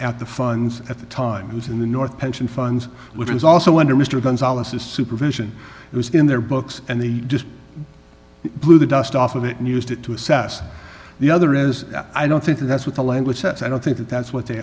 at the fun's at the time it was in the north pension funds which is also under mr gonzales the supervision it was in their books and they just blew the dust off of it and used it to assess the other is i don't think that's what the language says i don't think that that's what they